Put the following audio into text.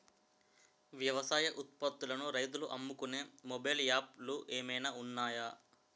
వ్యవసాయ ఉత్పత్తులను రైతులు అమ్ముకునే మొబైల్ యాప్ లు ఏమైనా ఉన్నాయా?